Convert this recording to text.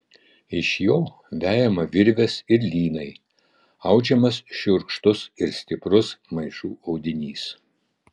iš jo vejama virvės ir lynai audžiamas šiurkštus ir stiprus maišų audinys